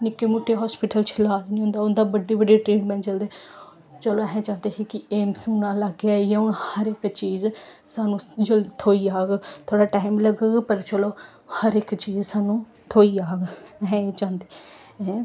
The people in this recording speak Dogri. निक्के मुट्टे हास्पिटल च लाज निं होंदा उ'न्दा बड्डे बड्डे ट्रीटमैंट चलदे चलो अस चांह्दे हे कि एम्स हून लाग्गै आई गेआ हून हर इक चीज सानूं जल्दी थ्होई जाग थोह्ड़ा टाइम लगग पर चलो हर इक चीज सानूं थ्होई जाग अस एह् चांह्दे हे